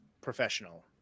professional